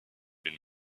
been